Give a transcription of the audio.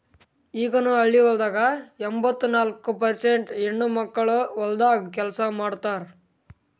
ಈಗನು ಹಳ್ಳಿಗೊಳ್ದಾಗ್ ಎಂಬತ್ತ ನಾಲ್ಕು ಪರ್ಸೇಂಟ್ ಹೆಣ್ಣುಮಕ್ಕಳು ಹೊಲ್ದಾಗ್ ಕೆಲಸ ಮಾಡ್ತಾರ್